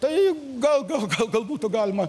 tai gal gal gal gal būtų galima